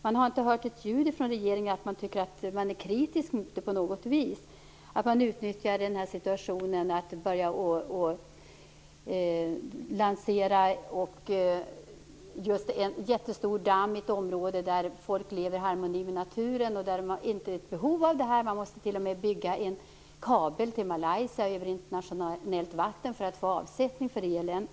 Jag har inte hört någonting om att regeringen på något vis är kritisk mot att man utnyttjar situationen till att börja att lansera en jättestor damm i ett område där folk lever i harmoni med naturen. De har inget behov av en damm. De måste t.o.m. bygga en kabel till Malaysia över internationellt vatten för att få avsättning för elen.